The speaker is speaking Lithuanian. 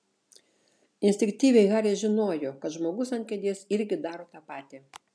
instinktyviai haris žinojo kad žmogus ant kėdės irgi daro tą patį